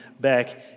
back